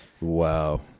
wow